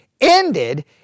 ended